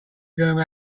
gonna